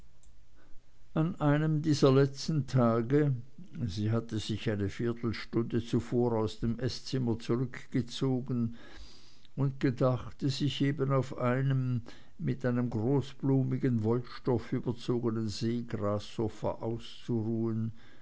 an einem dieser letzten tage sie hatte sich eine viertelstunde zuvor aus dem eßzimmer zurückgezogen und gedachte sich eben auf einem mit einem großblumigen wollstoff überzogenen seegrassofa auszuruhen